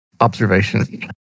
observation